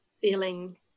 feeling